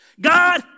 God